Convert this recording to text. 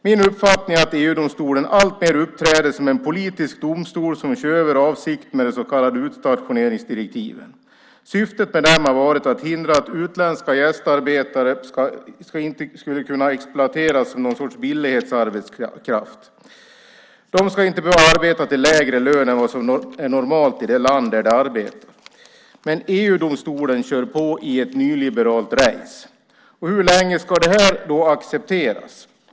Min uppfattning är att EG-domstolen alltmer uppträder som en politisk domstol som kör över avsikten med de så kallade utstationeringsdirektiven. Syftet med dem har varit att hindra att utländska gästarbetare skulle exploateras som någon sorts billighetsarbetskraft. De ska inte behöva arbeta till lägre lön än vad som är normalt i det land där de arbetar. Men EG-domstolen kör på i ett nyliberalt race. Hur länge ska det här accepteras?